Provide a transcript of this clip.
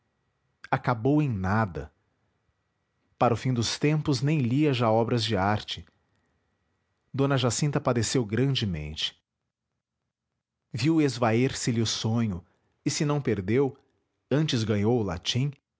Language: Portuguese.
acabou em nada para o fim dos tempos nem lia já obras de arte d jacinta padeceu grandemente viu esvair se lhe o sonho e se não perdeu antes ganhou o latim